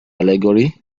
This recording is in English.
allegory